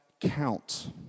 count